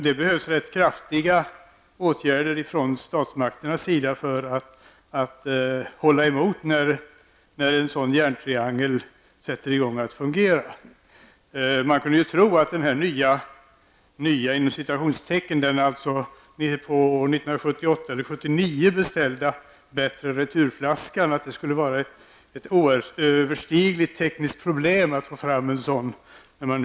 Det behövs rätt kraftiga åtgärder från statsmakternas sida för att hålla emot när en sådan järntriangel sätts i funktion. Man skulle kunna tro att det innebär ett oöverstigligt tekniskt problem att få fram den ''nya'' år 1978 eller 1979 beställda bättre returflaskan.